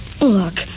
Look